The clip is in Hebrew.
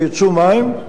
יצאו מים,